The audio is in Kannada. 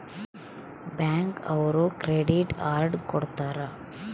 ಬ್ಯಾಂಕ್ ಅವ್ರು ಕ್ರೆಡಿಟ್ ಅರ್ಡ್ ಕೊಡ್ತಾರ